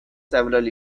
several